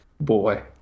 boy